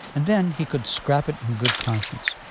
and then he could scrap it in good conscience.